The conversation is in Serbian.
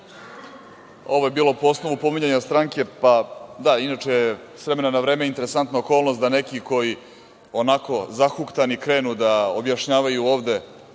Ovo je bilo po osnovu pominjanja stranke. Da, inače, s vremena na vreme, interesantna okolnost da neki koji zahuktani krenu da objašnjavaju ovde